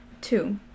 two